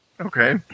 Okay